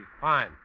fine